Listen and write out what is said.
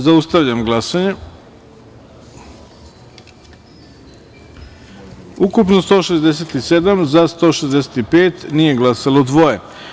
Zaustavljam glasanje: ukupno - 167, za – 165, nije glasalo - dvoje.